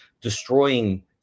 destroying